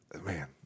man